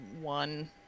one